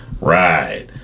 Right